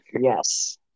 Yes